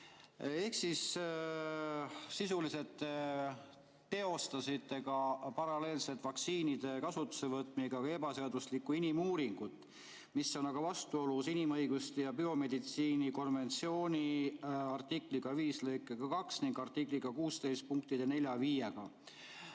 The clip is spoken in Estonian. Ehk sisuliselt te teostasite paralleelselt vaktsiinide kasutusele võtmisega ka ebaseaduslikku inimuuringut, mis on aga vastuolus inimõiguste ja biomeditsiini konventsiooni artikli 5 lõikega 2 ning artikli 16